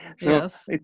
Yes